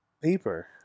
Paper